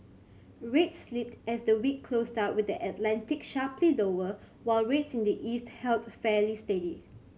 rates slipped as the week closed out with the Atlantic sharply lower while rates in the east held fairly steady